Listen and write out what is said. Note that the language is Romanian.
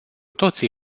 toții